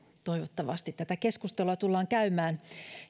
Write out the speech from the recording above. toivottavasti tätä keskustelua tullaan käymään